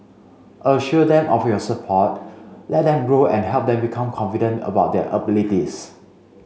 assure them of your support let them grow and help them become confident about their abilities